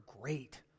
great